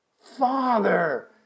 Father